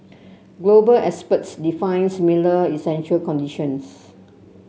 global experts define similar essential conditions